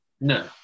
No